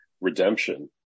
redemption